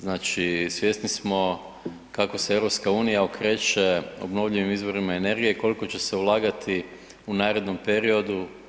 Znači, svjesni smo kako se EU okreće obnovljivim izvorima energije i koliko će se ulagati u narednom periodu.